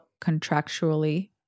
contractually